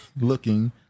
looking